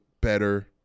better